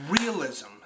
Realism